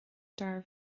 dár